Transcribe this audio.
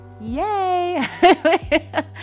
yay